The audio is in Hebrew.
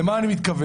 למה אני מתכוון?